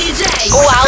Wow